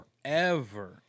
forever